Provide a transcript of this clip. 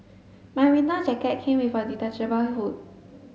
my winter jacket came with a detachable hood